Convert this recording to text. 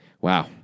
Wow